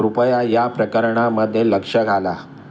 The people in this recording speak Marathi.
कृपया या प्रकरणामध्ये लक्ष घाला